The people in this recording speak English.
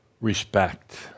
respect